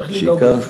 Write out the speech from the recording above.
צריך לדאוג להם.